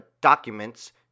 documents